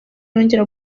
yongera